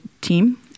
team